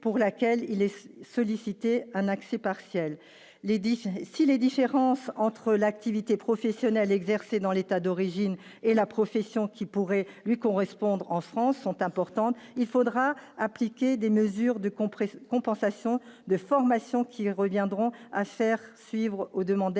pour laquelle il est sollicité un accès partiel les si les différences entre l'activité professionnelle exercée dans l'état d'origine et la profession qui pourrait lui correspondre en France sont importantes, il faudra appliquer des mesures de compression compensation de formation qui reviendront à faire suivre aux demandeurs d'un